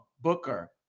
Booker